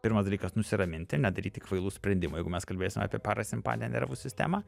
pirmas dalykas nusiraminti nedaryti kvailų sprendimų jeigu mes kalbėsim apie parasimpatinę nervų sistemą